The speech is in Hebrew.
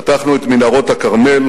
פתחנו את מנהרות הכרמל.